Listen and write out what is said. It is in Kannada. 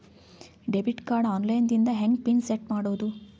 ಡೆಬಿಟ್ ಕಾರ್ಡ್ ಆನ್ ಲೈನ್ ದಿಂದ ಹೆಂಗ್ ಪಿನ್ ಸೆಟ್ ಮಾಡೋದು?